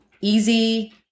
easy